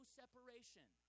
separation